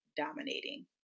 dominating